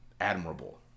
admirable